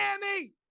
Miami